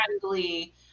friendly